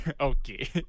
okay